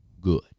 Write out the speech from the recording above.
Good